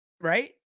Right